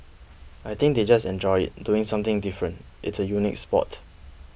I think they just enjoy it doing something different it's a unique sport